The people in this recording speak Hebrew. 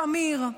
שמיר,